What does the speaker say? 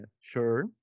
Sure